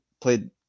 played